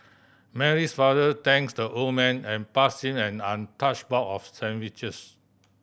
Mary's father thanked the old man and pass him an untouched box of sandwiches